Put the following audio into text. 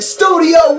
Studio